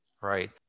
right